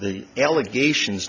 the allegations